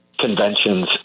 conventions